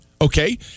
Okay